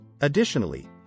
Additionally